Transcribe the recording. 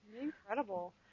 Incredible